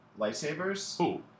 lightsabers